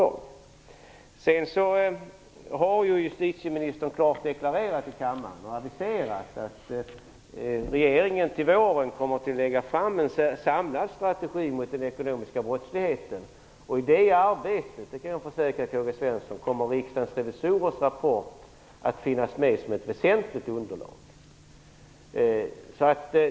Justitieministern har ju i kammaren klart deklarerat och aviserat att regeringen till våren kommer att lägga fram en samlad strategi mot den ekonomiska brottsligheten. I det arbetet kan jag försäkra K-G Svenson att Riksdagens revisorers rapport kommer att finnas med som ett väsentligt underlag.